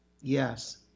Yes